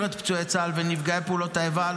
את פצועי צה"ל ונפגעי פעולות האיבה,